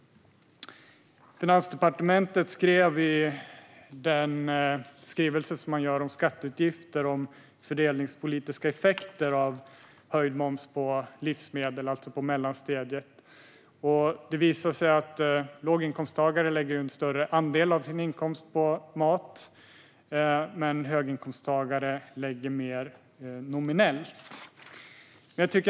I sin skrivelse om skatteutgifter skrev Finansdepartementet om fördelningspolitiska effekter av höjd moms på livsmedel, alltså på mellansteget. Det visar sig att låginkomsttagare lägger en större andel av sin inkomst på mat, men höginkomsttagare lägger mer nominellt.